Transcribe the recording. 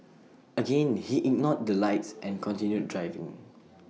again he ignored the lights and continued driving